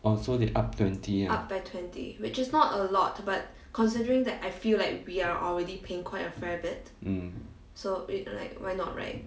oh so they up twenty ah mm